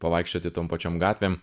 pavaikščioti tom pačiom gatvėm